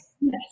Yes